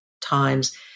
times